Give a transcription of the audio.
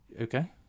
Okay